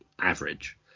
average